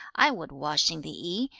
i would wash in the i,